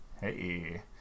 Hey